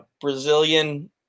Brazilian